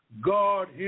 God